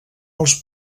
els